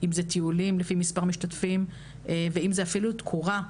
אם מדובר טיולים לפי מספר המשתתפים ואם מדובר אפילו על תקורה,